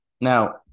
Now